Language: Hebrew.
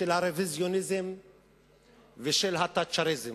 של הרוויזיוניזם ושל התאצ'ריזם.